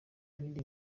bindi